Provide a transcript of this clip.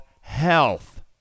health